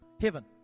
heaven